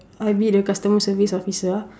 I be the customer service officer ah